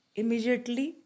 immediately